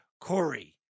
Corey